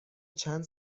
چند